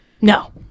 No